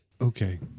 Okay